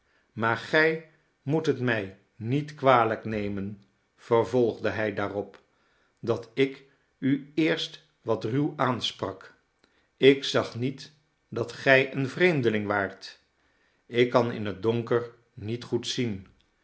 maar gij moet het mij niet kwalijk nemen vervolgde hij daarop dat ik u eerst wat ruw aansprak ik zag niet dat gij een vreemdeling waart ik kan in het donker niet goed zien